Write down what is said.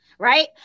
Right